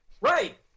Right